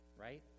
Right